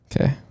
Okay